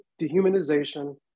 dehumanization